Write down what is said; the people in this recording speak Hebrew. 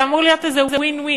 זה אמור להיות איזה win-win,